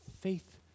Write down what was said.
faith